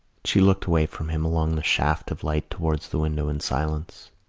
she looked away from him along the shaft of light towards the window in silence.